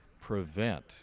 prevent